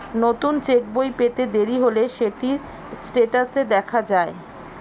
নতুন চেক্ বই পেতে দেরি হলে সেটি স্টেটাসে দেখা যায়